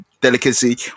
delicacy